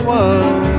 one